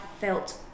felt